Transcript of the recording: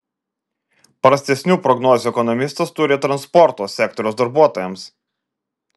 prastesnių prognozių ekonomistas turi transporto sektoriaus darbuotojams